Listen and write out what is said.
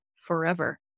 forever